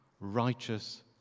righteous